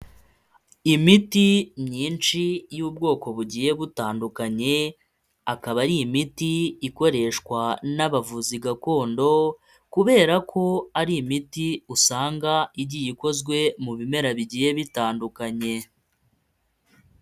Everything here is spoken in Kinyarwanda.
Imiti myinshi y'ubwoko bugiye butandukanye, akaba ari imiti ikoreshwa n'abavuzi gakondo kubera ko ari imiti usanga igiye ikozwe mu bimera bigiye bitandukanye.